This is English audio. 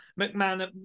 McMahon